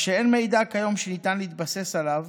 כך שאין מידע כיום שניתן להתבסס עליו